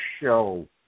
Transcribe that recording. show